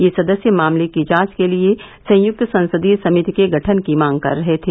ये सदस्य मामले की जांच के लिए संयुक्त संसदीय समिति के गठन की मांग कर रहे थे